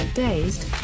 dazed